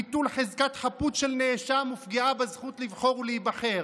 ביטול חזקת חפות של נאשם ופגיעה בזכות לבחור ולהיבחר,